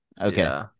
Okay